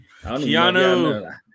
Keanu